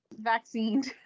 Vaccined